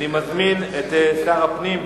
אני מזמין את שר הפנים.